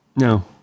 No